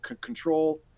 control